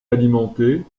alimenté